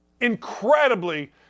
Incredibly